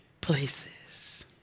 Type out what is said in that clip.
places